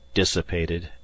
dissipated